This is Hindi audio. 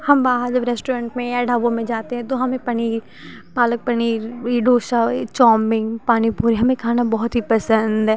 हम बाहर जब रेश्टोरेंट में या ढाबों में जाते हैं तो हमें पनीर पालक पनीर ये दोसा ये चाउमिंग पानी पूरी हमें खाना बहुत ही पसंद है